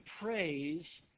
praise